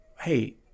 Hey